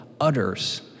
utters